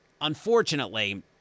Unfortunately